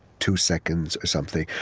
two seconds or something.